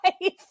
life